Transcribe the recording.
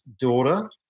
daughter